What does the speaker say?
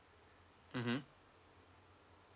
mmhmm